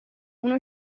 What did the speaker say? uno